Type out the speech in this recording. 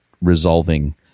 resolving